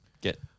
get